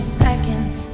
seconds